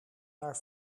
maar